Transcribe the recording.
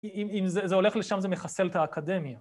‫אם זה הולך לשם, זה מחסל את האקדמיה.